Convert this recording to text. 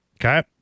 Okay